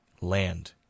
land